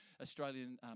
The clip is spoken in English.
Australian